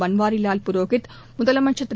பன்வாரிவால் புரோஹித் முதலமைச்சர் திரு